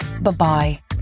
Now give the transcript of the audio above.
Bye-bye